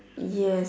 yes